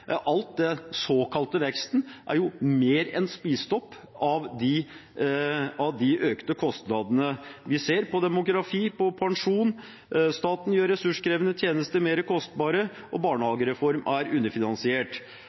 den såkalte veksten er mer enn spist opp av de økte kostnadene vi ser som følge av demografi, pensjon, at staten gjør ressurskrevende tjenester mer kostbare, og at barnehagereformen er underfinansiert.